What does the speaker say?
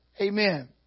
amen